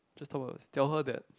just top up her tell her that